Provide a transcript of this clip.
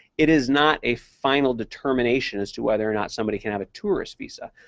it is not a final determination as to whether or not somebody can have a tourist visa.